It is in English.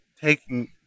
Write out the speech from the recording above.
Taking